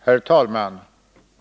Herr talman!